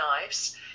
knives